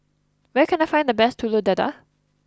where can I find the best Telur Dadah